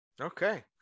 Okay